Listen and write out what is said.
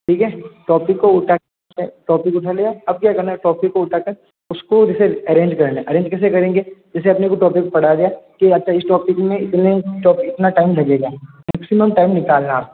ठीक है टॉपिक को उठाकर टॉपिक को टॉपिक उठा लिया अब क्या करना है टॉपिक को उठाकर उसकी अरेंज करना है अरेंज कैसे करेंगे जैसे अपने को टॉपिक पढ़ा दिया तो या तो इस टॉपिक में इतना टाइम लगेगा मैक्सिमम टाइम निकालना है आपको